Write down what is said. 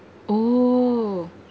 oh